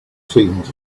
seemed